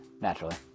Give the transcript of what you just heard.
naturally